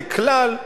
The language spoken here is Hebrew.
ככלל,